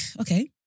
Okay